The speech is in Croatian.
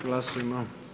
Glasujmo.